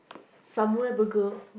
samurai burger